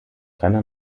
keiner